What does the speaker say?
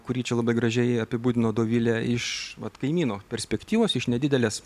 kurį čia labai gražiai apibūdino dovilė iš vat kaimyno perspektyvos iš nedidelės